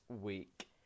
week